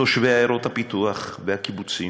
תושבי עיירות הפיתוח והקיבוצים,